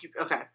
Okay